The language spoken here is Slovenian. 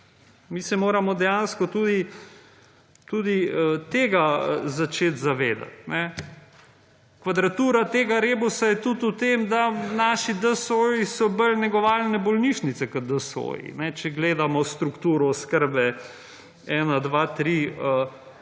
Mi se moramo dejansko tudi tega začeti zavedati. Kvadratura tega rebusa je tudi v tem, da naši DSO so bolj negovalne bolnišnice kot DSO, če gledamo strukturo oskrbe ena, dva,